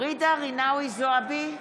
ג'ידא רינאוי זועבי,